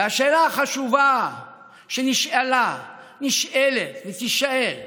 והשאלה החשובה שנשאלה, נשאלת ותישאל: